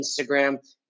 Instagram